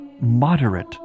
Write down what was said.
moderate